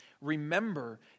remember